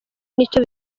nicyo